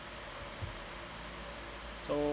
so